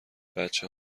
بچه